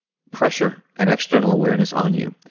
pressure and external awareness on you.